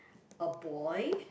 a boy